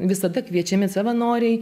visada kviečiami savanoriai